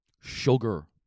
Sugar